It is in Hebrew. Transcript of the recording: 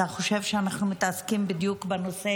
אתה חושב שאנחנו מתעסקים בדיוק בנושא